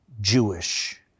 Jewish